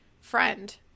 friend